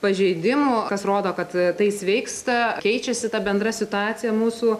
pažeidimų kas rodo kad tai sveiksta keičiasi ta bendra situacija mūsų